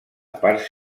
parts